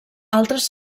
altres